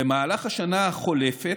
במהלך השנה החולפת,